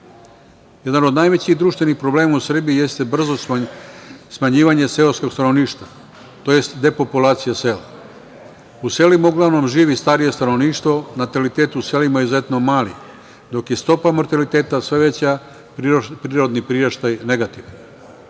Jedan od najvećih društvenih problema u Srbiji jeste brzo smanjivanje seoskog stanovništva, tj. depopulacija sela. U selima uglavnom živi starije stanovništvo, natalitet u selima izuzetno mali, dok je stopa mortaliteta sve veća, prirodni priraštaj negativan.